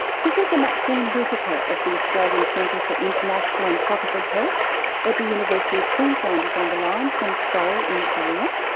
professor maxine whittaker of the australian centre for international and tropical health at the university of queensland is on the line from seoul in korea.